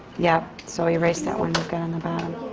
yeah. so erase that one you've got on the bottom,